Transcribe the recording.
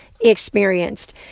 experienced